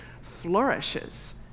flourishes